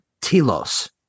telos